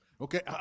Okay